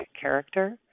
character